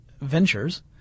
ventures